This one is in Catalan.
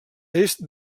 est